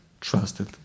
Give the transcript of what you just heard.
trusted